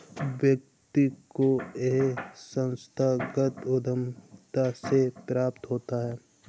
व्यक्ति को यह संस्थागत उद्धमिता से प्राप्त होता है